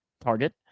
target